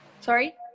sorry